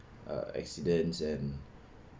uh accidents and